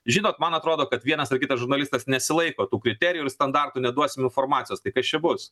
žinot man atrodo kad vienas ar kitas žurnalistas nesilaiko tų kriterijų ir standartų neduosim informacijos tai kas čia bus